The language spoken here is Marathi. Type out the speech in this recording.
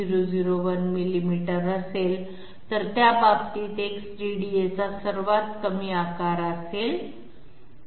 001 मिलिमीटर असेल तर त्या बाबतीत X DDA चा सर्वात कमी आकार असेल